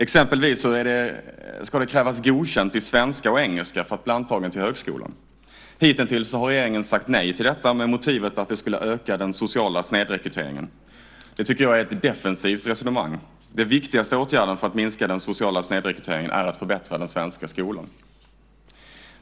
Exempelvis ska det krävas godkänt i svenska och engelska för att man ska bli antagen till högskolan. Hittills har regeringen sagt nej till detta med motivet att det skulle öka den sociala snedrekryteringen. Det tycker jag är ett defensivt resonemang. Den viktigaste åtgärden för att minska den sociala snedrekryteringen är att förbättra den svenska skolan.